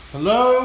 Hello